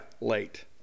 late